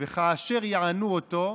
"וכאשר יענו אותו"